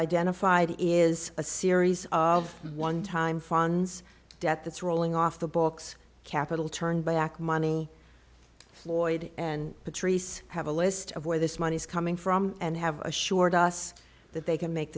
identified is a series of one time funds debt that's rolling off the books capital turned back money floyd and patrice have a list of where this money is coming from and have assured us that they can make